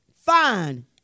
fine